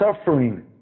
suffering